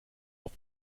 auf